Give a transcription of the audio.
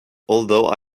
although